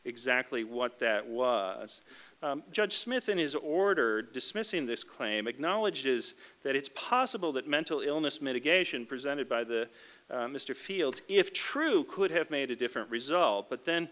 exactly what that was as judge smith in his order dismissing this claim acknowledges that it's possible that mental illness mitigation presented by the mr fields if true could have made a different result but then